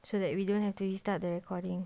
so that we don't have to restart the recording